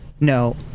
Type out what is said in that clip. No